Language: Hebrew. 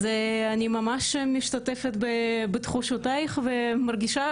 אז אני ממש משתתפת בתחושותיי ומרגישה